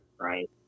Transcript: Right